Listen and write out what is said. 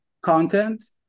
content